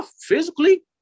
physically